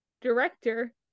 director